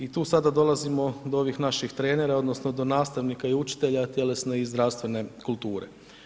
I tu sada dolazimo do ovih naših trenera odnosno do nastavnika i učitelja tjelesne i zdravstvene kulture.